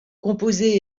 composée